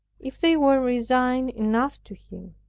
if they were resigned enough to him.